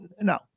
no